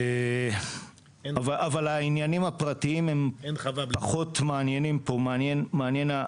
אבל העניינים הפרטיים פחות מעניינים פה, מעניין ה